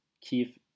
Keith